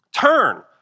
turn